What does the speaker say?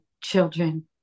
children